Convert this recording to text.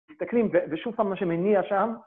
מסתכלים, ושוב שמנו שמניע שם.